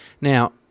Now